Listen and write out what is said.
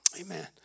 Amen